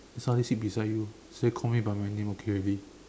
then suddenly sit beside you say call me by my name okay already